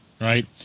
right